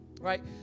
right